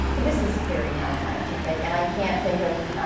this is very non-scientific. and i can't think of